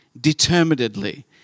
determinedly